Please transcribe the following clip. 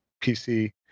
PC